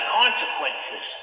consequences